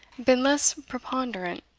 been less preponderant,